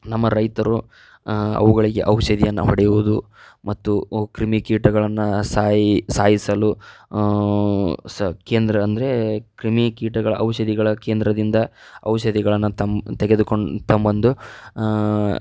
ನಮ್ಮ ರೈತರು ಅವುಗಳಿಗೆ ಔಷಧಿಯನ್ನು ಹೊಡೆಯುವುದು ಮತ್ತು ಕ್ರಿಮಿ ಕೀಟಗಳನ್ನು ಸಾಯಿ ಸಾಯಿಸಲು ಸ ಕೇಂದ್ರ ಅಂದರೆ ಕ್ರಿಮೀಕೀಟಗಳ ಔಷಧಿಗಳ ಕೇಂದ್ರದಿಂದ ಔಷಧಿಗಳನ್ನು ತಮ್ಮ ತೆಗೆದುಕೊಣ್ ತಂಬಂದು